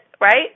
right